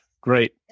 Great